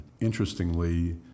interestingly